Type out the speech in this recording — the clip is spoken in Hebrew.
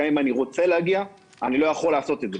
גם אם אני רוצה להגיע אני לא יכול לעשות את זה.